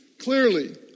Clearly